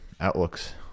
outlooks